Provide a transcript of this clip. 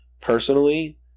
personally